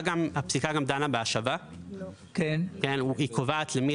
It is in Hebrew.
הפסיקה גם דנה בהשבה; היא קובעת למי